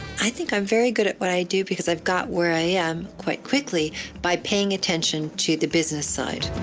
i think i'm very good at what i do because i've got where i am quite quickly by paying attention to the business side.